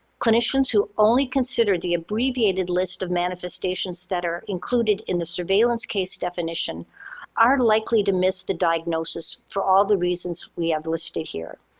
clinicians who only consider the abbreviated list of manifestations that are included in the surveillance case definition are likely to miss the diagnosis for all the reasons we have listed here.